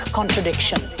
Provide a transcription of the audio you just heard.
contradiction